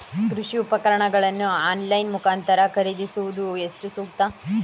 ಕೃಷಿ ಉಪಕರಣಗಳನ್ನು ಆನ್ಲೈನ್ ಮುಖಾಂತರ ಖರೀದಿಸುವುದು ಎಷ್ಟು ಸೂಕ್ತ?